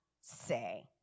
say